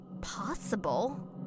possible